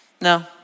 No